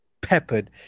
peppered